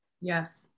Yes